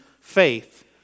faith